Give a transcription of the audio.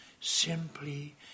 simply